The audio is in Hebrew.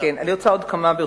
אני רוצה עוד כמה דקות,